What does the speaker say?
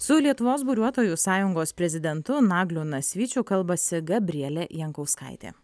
su lietuvos buriuotojų sąjungos prezidentu nagliu nasvyčiu kalbasi gabrielė jankauskaitė